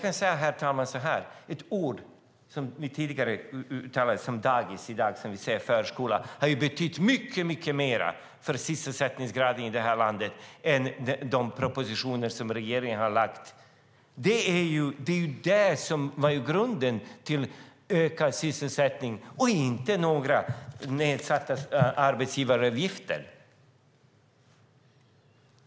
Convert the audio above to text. Ja, men det som vi tidigare kallade för dagis men som i dag heter förskola har betytt mycket mer för sysselsättningsgraden i landet än de propositioner som regeringen har lagt fram. Det är grunden till ökad sysselsättning och inte några nedsatta arbetsgivaravgifter.